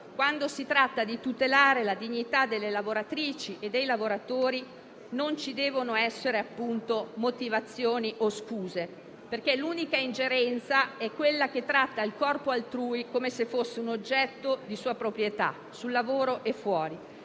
Quando si tratta di tutelare la dignità delle lavoratrici e dei lavoratori non ci devono essere motivazioni o scuse perché l'unica ingerenza è quella che tratta il corpo altrui come fosse un oggetto di sua proprietà, sul lavoro e fuori.